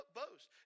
boast